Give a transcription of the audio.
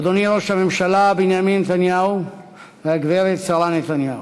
אדוני ראש הממשלה בנימין נתניהו והגברת שרה נתניהו,